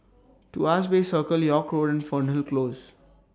Tuas Bay Circle York Road and Fernhill Close